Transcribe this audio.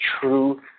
true